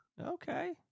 okay